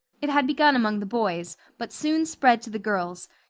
it had begun among the boys, but soon spread to the girls,